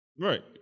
Right